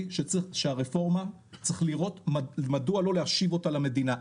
שהרפורמה מדוע לא להשיב אותה למדינה,